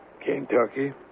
Kentucky